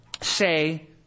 say